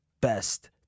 best